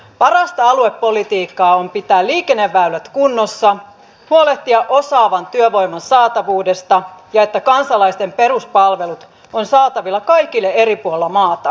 parasta aluepolitiikkaa on pitää liikenneväylät kunnossa huolehtia osaavan työvoiman saatavuudesta ja siitä että kansalaisten peruspalvelut ovat saatavilla kaikille eri puolilla maata